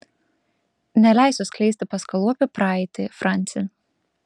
neleisiu skleisti paskalų apie praeitį franci